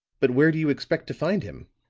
but where do you expect to find him?